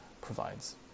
provides